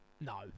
No